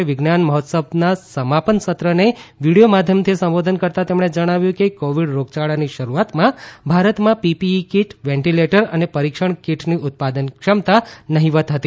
તય વિજ્ઞાન મહોત્સવના સમાપન સત્રને વીડીયો માધ્યમથી સંબોધન કરતા તેમણે જણાવ્યું કે કોવિડ રોગયાળાની શરૂઆતમાં ભારતમાં પીપીઇ કીટ વેન્ટિલેટર અને પરીક્ષણ કીટની ઉત્પાદન ક્ષમતા નહીવત હતી